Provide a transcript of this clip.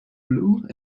blue